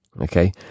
Okay